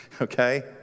Okay